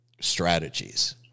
strategies